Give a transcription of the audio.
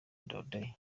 ndadaye